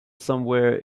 somewhere